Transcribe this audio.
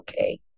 okay